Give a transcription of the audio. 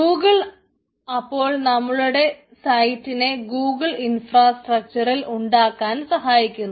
Google അപ്പോൾ നമ്മളുടെ സൈറ്റിനെ ഗൂഗിൾ ഇൻഫ്രാസ്ട്രക്ച്ചറിൽ ഉണ്ടാക്കാൻ സഹായിക്കുന്നു